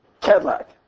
Cadillac